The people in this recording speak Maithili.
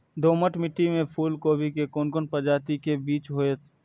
दोमट मिट्टी में फूल गोभी के कोन प्रजाति के बीज होयत?